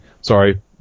Sorry